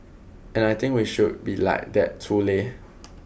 and I think we should be like that too Leh